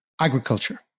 agriculture